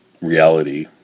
reality